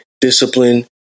discipline